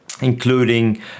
including